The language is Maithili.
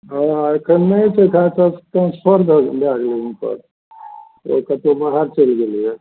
हँ एखन नहि छै एतएसे ट्रान्सफर भए गेलै हुनकर ओ कतहु बाहर चलि गेलैए